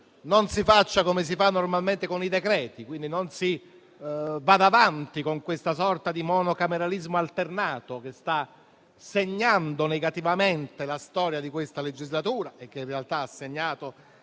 non si faccia come si fa normalmente con i decreti e, quindi, non si vada avanti con questa sorta di monocameralismo alternato che sta segnando negativamente la storia di questa legislatura e che, in realtà, ha segnato